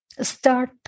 start